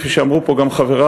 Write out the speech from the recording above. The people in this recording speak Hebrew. כמו שאמרו פה גם חברי,